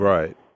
Right